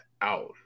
out